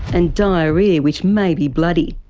and diarrhoea which may be bloody.